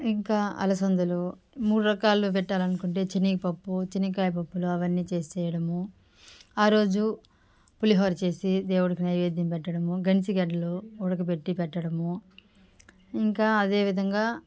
ఇంకా అలసందలు మూడు రకాలు పెట్టాలనుకుంటే శనగపప్పు శనగ కాయ పప్పులు అవన్నీ వేసి చేసేయడం ఆ రోజు పులిహోర చేసి దేవుడికి నైవేద్యం పెట్టడము గెనసు గడ్డలు ఉడకబెట్టి పెట్టడము ఇంకా అదేవిధంగా